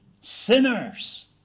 sinners